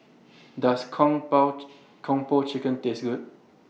Does Kung Kung Po Chicken Taste Good